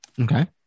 Okay